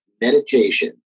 meditation